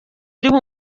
iriho